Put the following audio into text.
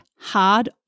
hard